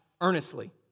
earnestly